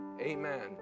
Amen